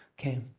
Okay